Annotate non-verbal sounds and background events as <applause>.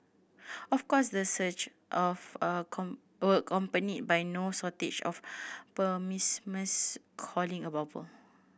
of course the surge of <unintelligible> accompanied by no shortage of pessimist calling a bubble